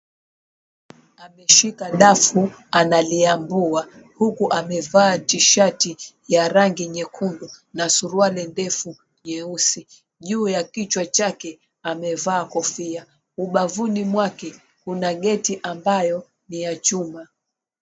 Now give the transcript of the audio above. Ameshika dafu analiambua huku amevaa tishati ya rangi nyekundu na suruali ndefu nyeusi. Juu ya kichwa chake amevaa kofia. Ubavuni mwake kuna geti ambayo ni ya chuma.